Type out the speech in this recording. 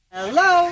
Hello